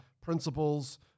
principles